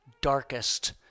darkest